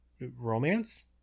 romance